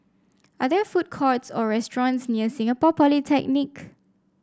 are there food courts or restaurants near Singapore Polytechnic